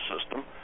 system